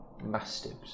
mastiffs